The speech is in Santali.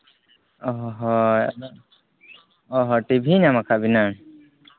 ᱦᱳᱭ ᱟᱫᱚ ᱚᱦᱚᱸ ᱴᱤᱵᱷᱤ ᱧᱟᱢ ᱟᱠᱟᱫ ᱵᱤᱱᱟ